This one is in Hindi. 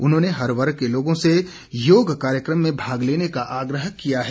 उन्होंने हर वर्ग के लोगों से योग कार्यक्रम में भाग लेने का आग्रह किया है